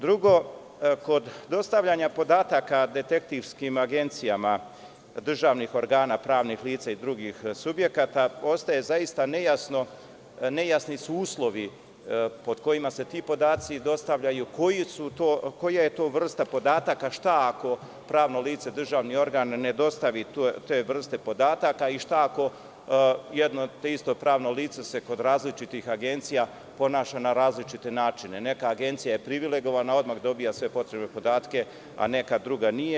Drugo, kod dostavljanja podataka detektivskim agencijama državnih organa, pravnih lica i drugih subjekata, ostaju nejasni uslovi pod kojima se ti podaci dostavljaju, koja je to vrsta podataka, šta ako pravno lice, državni organ ne dostavi te vrste podataka i šta ako jedno te isto pravno lice, kod različitih agencija, ponaša na različite načine, neka agencija je privilegovana i odmah dobija sve podatke, a neka druga nije.